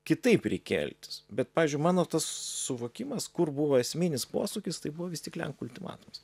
kitaip reikėjo elgtis bet pavyzdžiui mano tas suvokimas kur buvo esminis posūkis tai buvo vis tik lenkų ultimatumas